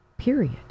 Period